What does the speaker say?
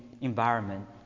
environment